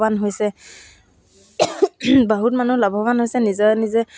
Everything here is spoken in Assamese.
এতিয়া মই বহুতখিনি এম্ব্ৰইডাৰী তাৰপিছত চিলাই কামেই জানো